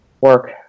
work